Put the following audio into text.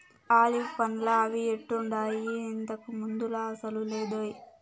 olive పండ్లా అవి ఎట్టుండాయి, ఇంతకు ముందులా అసలు లేదోయ్